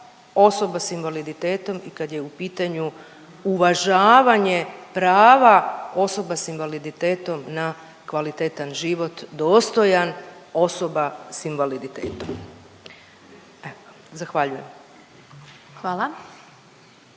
osoba sa invaliditetom i kad je u pitanju uvažavanje prava osoba sa invaliditetom na kvalitetan život dostojan osoba sa invaliditetom. Evo zahvaljujem.